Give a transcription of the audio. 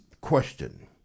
question